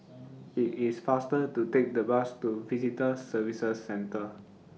IT IS faster to Take The Bus to Visitor Services Centre